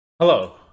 Hello